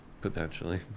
Potentially